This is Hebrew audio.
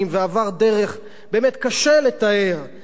באמת קשה לתאר מה החוק הזה עבר,